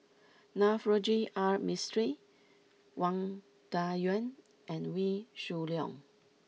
Navroji R Mistri Wang Dayuan and Wee Shoo Leong